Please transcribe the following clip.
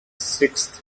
sixth